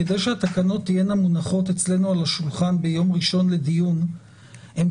כדי שהתקנות תהיינה מונחות אצלנו על השולחן ביום ראשון לדיון הן